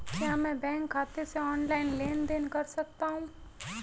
क्या मैं बैंक खाते से ऑनलाइन लेनदेन कर सकता हूं?